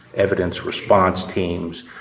evidence response teams,